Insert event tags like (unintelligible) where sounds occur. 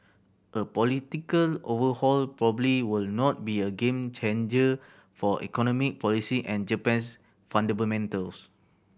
a political overhaul probably will not be a game changer for economic policy and Japan's (unintelligible)